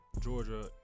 georgia